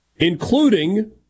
Including